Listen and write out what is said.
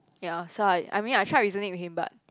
ya so I I mean I tried reasoning with him but